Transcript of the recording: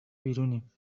بیرونیم